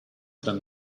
than